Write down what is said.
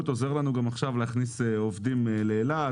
עוזר לנו גם עכשיו להכניס עובדים לאילת,